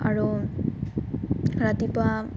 আৰু ৰাতিপুৱা